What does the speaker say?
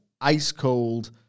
ice-cold